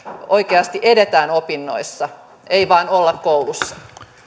oikeasti edetään opinnoissa ei vain olla koulussa